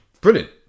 brilliant